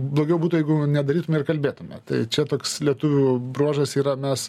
blogiau būtų jeigu nedarytume ir kalbėtume tai čia toks lietuvių bruožas yra mes